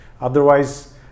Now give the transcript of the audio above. Otherwise